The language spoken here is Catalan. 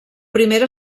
primera